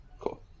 Cool